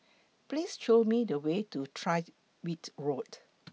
Please Show Me The Way to Tyrwhitt Road